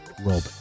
Rob